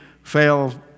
Fail